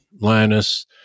Linus